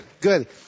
good